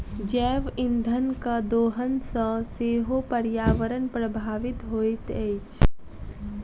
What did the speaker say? जैव इंधनक दोहन सॅ सेहो पर्यावरण प्रभावित होइत अछि